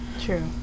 True